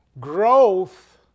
Growth